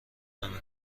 نمی